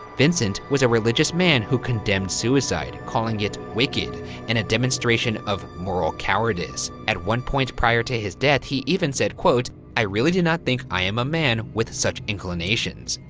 vincent was a religious man who condemned suicide, calling it wicked and a demonstration of moral cowardice. at one point prior to his death, he even said, quote, i really do not think i am a man with such inclinations.